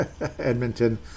edmonton